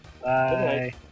Bye